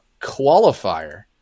qualifier